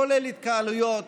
כולל התקהלויות.